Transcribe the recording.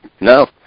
No